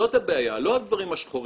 זאת הבעיה, לא הדברים השחורים.